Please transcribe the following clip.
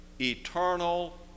eternal